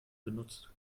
genutzt